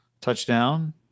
Touchdown